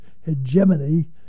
hegemony